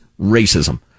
racism